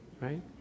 right